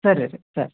ಸರಿ ರೀ ಸರಿ